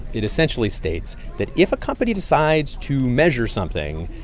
it essentially states that if a company decides to measure something,